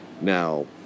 Now